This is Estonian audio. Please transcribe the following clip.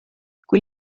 kui